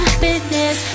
business